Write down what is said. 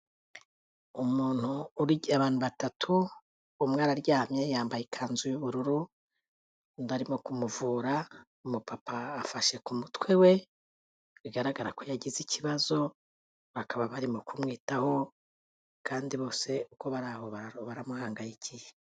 Abantu batatu, umwe araryamye yambaye ikanzu y'ubururu, barimo kumuvura umu papa afashe ku mutwe we, bigaragara ko yagize ikibazo, bakaba barimo kumwitaho kandi bose uko bari aho baramuhangayikiye.